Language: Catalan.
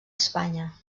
espanya